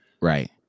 Right